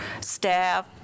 staff